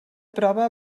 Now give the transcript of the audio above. prova